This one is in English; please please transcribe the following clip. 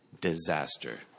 Disaster